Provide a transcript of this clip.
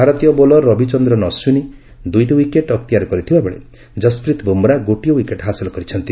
ଭାରତୀୟ ବୋଲର ରବିଚନ୍ଦ୍ରନ ଅଶ୍ୱିନ ଦୁଇଟି ୱିକେଟ୍ ଅକ୍ତିଆର କରିଥିବା ବେଳେ ଜଶପ୍ରୀତ ବୁମ୍ରା ଗୋଟିଏ ଓ୍ୱିକେଟ୍ ହାସଲ କରିଛନ୍ତି